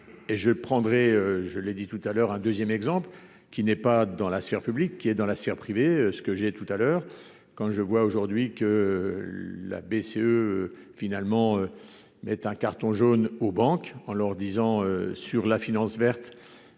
et je prendrai, je l'ai dit tout à l'heure un 2ème exemple qui n'est pas dans la sphère publique, qui est dans la serre privé ce que j'ai tout à l'heure quand je vois aujourd'hui que la BCE finalement met un carton jaune aux banques en leur disant : sur la finance verte,